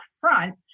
front